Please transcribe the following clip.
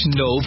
no